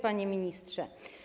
Panie Ministrze!